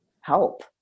help